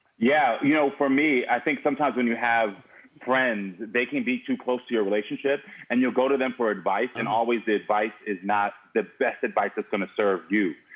yeah you know, for me, i think sometimes when you have friends, they can be too close to your relationship and you'll go to them for advice. and always the advice is not the best advice that's gonna to serve you.